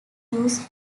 use